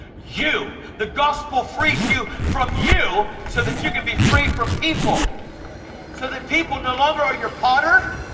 you. the gospel frees you from you so that you can be free from people so that people no longer are your potter,